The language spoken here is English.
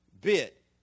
bit